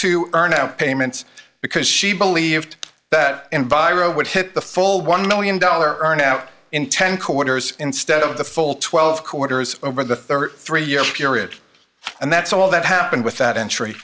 two are now payments because she believed that and by rove would hit the full one million dollar are now in ten quarters instead of the full twelve quarters over the thirty three year period and that's all that happened with that entry